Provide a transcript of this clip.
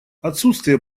отсутствие